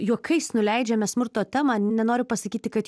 juokais nuleidžiame smurto temą nenoriu pasakyti kad